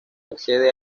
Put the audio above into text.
accede